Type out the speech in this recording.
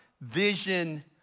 vision